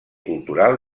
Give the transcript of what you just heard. cultural